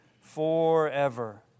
forever